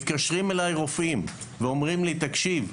מתקשרים אלי רופאים ואומרים לי: תקשיב,